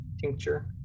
tincture